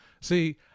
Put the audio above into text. See